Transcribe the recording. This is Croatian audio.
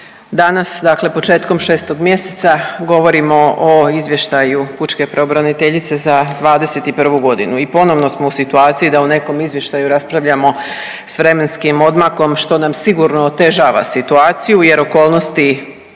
danas dakle početkom 6. mjeseca govorimo o Izvještaju pučka pravobraniteljice za 2021. godinu i ponovno smo u situaciji da o nekom izvještaju raspravljamo s vremenskim odmakom što nam sigurno otežava situaciju jer okolnosti